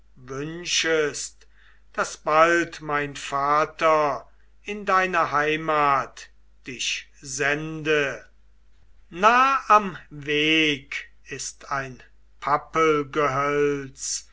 daß bald mein vater in deine heimat dich sende nah am weg ist ein